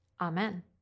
Amen